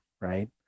right